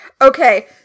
Okay